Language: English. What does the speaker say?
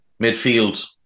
midfield